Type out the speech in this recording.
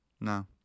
No